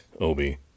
Obi